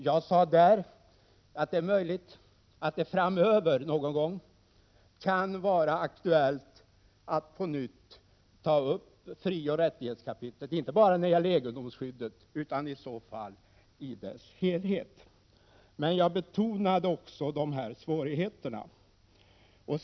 Där sade jag att det någon gång framöver kan vara aktuellt att på nytt ta upp till diskussion frioch rättighetskapitlet inte bara i fråga om egendomsskyddet utan i dess helhet. Men jag betonade också de nämnda svårigheterna.